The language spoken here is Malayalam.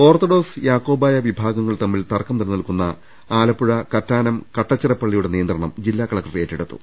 ഓർത്തഡോക്സ് യാക്കോബായ വിഭാഗങ്ങൾ തമ്മിൽ തർക്കം നിലനിൽക്കുന്ന ആലപ്പുഴ കറ്റാനം കട്ടച്ചിറപ്പള്ളിയുടെ നിയന്ത്രണം ജില്ലാ കലക്ടർ ഏറ്റെടുത്തു